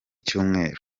cyumweru